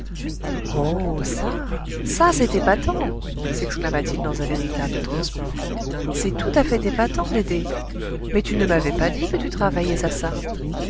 oh ça ça c'est épatant sexclama t il dans un véritable transport c'est tout à fait épatant dédé mais tu ne m'avais pas dit que tu travaillais à ça